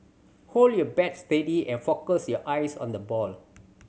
hold your bat steady and focus your eyes on the ball